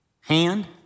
hand